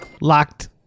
Locked